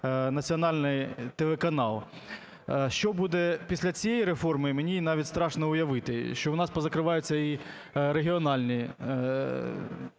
національний телеканал. Що буде після цієї реформи, мені навіть страшно уявити: що у нас позакриваються і регіональні